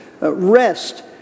rest